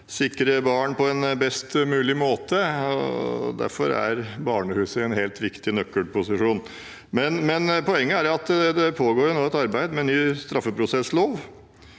sikre barn på en best mulig måte. Derfor er barnehusene i en viktig nøkkelposisjon. Poenget er imidlertid at det nå pågår et arbeid med ny straffeprosesslov,